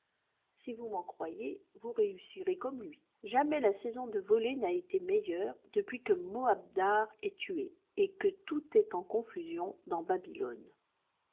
si vous m'en croyez vous réussirez comme lui jamais la saison de voler n'a été meilleure depuis que moabdar est tué et que tout est en confusion dans babylone